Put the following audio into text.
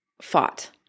fought